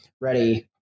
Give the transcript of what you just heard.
ready